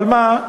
אבל מה?